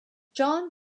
john